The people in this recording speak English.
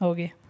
Okay